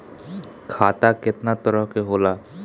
खाता केतना तरह के होला?